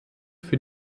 für